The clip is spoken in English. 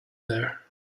there